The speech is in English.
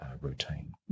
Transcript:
Routine